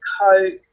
coke